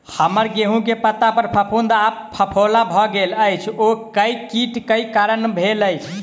हम्मर गेंहूँ केँ पत्ता पर फफूंद आ फफोला भऽ गेल अछि, ओ केँ कीट केँ कारण भेल अछि?